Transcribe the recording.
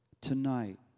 tonight